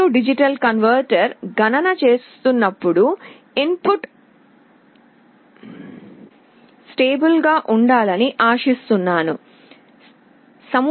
A D converter గణన చేస్తున్నప్పుడు input a వద్ద ఉండాలి అని నేను ఆశిస్తున్నాను స్థిరమైన విలువ